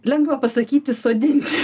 lengva pasakyti sodinti